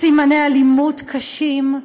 סימני אלימות קשים.